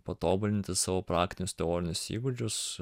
patobulinti savo praktinius teorinius įgūdžius